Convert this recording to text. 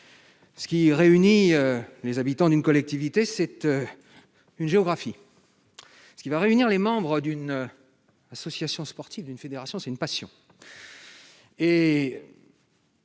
Ce qui réunit les habitants d'une collectivité territoriale, c'est une géographie. Pour les membres d'une association sportive, d'une fédération, c'est une passion.